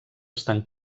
estan